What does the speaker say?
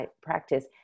practice